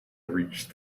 reached